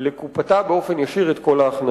לקופתה באופן ישיר את כל ההכנסות.